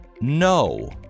no